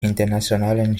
internationalen